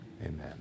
Amen